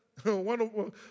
One